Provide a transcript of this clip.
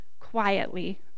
quietly